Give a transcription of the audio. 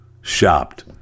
shopped